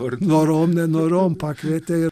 norom nenorom pakvietė ir